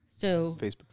Facebook